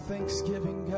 Thanksgiving